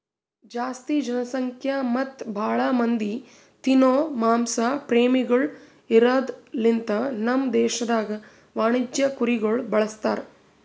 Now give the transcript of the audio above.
ಜಾಸ್ತಿ ಜನಸಂಖ್ಯಾ ಮತ್ತ್ ಭಾಳ ಮಂದಿ ತಿನೋ ಮಾಂಸ ಪ್ರೇಮಿಗೊಳ್ ಇರದ್ ಲಿಂತ ನಮ್ ದೇಶದಾಗ್ ವಾಣಿಜ್ಯ ಕುರಿಗೊಳ್ ಬಳಸ್ತಾರ್